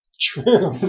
True